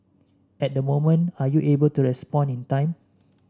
at that moment are you able to respond in time